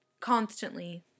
constantly